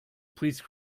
please